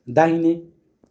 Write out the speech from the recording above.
दाहिने